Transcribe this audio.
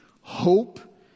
hope